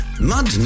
mud